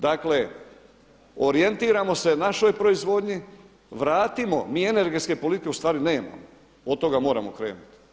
Dakle, orijentirajmo se našoj proizvodnji, vratimo, mi energetske politike u stvari nemamo, od toga moramo krenuti.